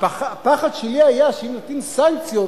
הפחד שלי היה שאם מטילים סנקציות